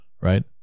right